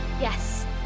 Yes